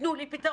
תנו לי פתרון.